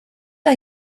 are